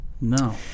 No